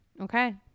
Okay